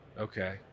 Okay